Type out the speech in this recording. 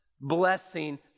blessing